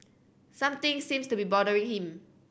something seems to be bothering him